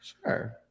Sure